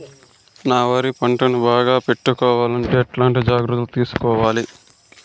నా వరి పంటను బాగా పెట్టుకోవాలంటే ఎట్లాంటి జాగ్రత్త లు తీసుకోవాలి?